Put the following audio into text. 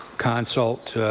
consult